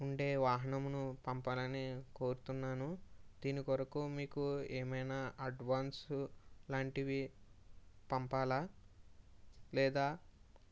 ఉండే వాహనంను పంపాలని కోరుతున్నాను దీని కొరకు మీకు ఏమైన అడ్వాన్స్ లాంటివి పంపాలా లేదా